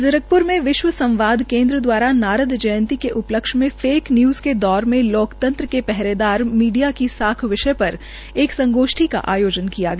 जीरकपुर में आज विश्व संवाद केन्द्र द्वारा नारद जयंती के उपलक्ष्य में फेक न्यूज के दौर में लोकतंत्र के पहरेदार मीडिया की साख विषय पर एक संगोष्ठी का आयोजन किया गया